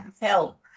help